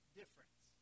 difference